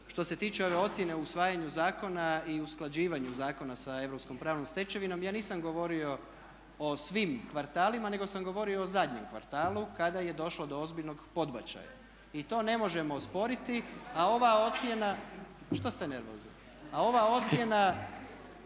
što se tiče ove ocjene o usvajanju zakona i usklađivanju zakona sa europskom pravnom stečevinom ja nisam govorio o svim kvartalima nego sam govorio o zadnjem kvartalu kada je došlo do ozbiljnog podbačaja. I to ne možemo osporiti. A ova ocjena … /Upadica se